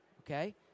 Okay